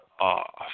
off